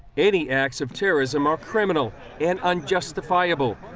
any acts of terrorism are criminal and unjustifiable,